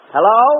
Hello